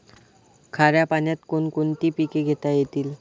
खाऱ्या पाण्यात कोण कोणती पिके घेता येतील?